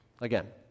Again